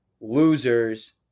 losers